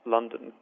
London